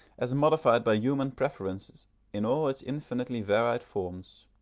as modified by human preference in all its infinitely varied forms.